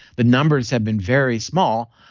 the numbers have been very small.